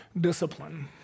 discipline